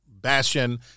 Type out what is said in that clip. bastion